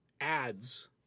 ads